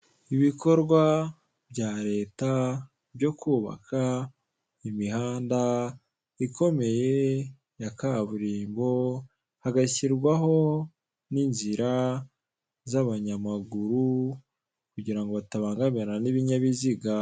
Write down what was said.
Ibikorwa bya leta byo kubaka imihanda ikomeye ya kaburimbo hagashyirwaho n'inzira z'abanyamaguru kugira ngo batabangamirana n'ibinyabiziga.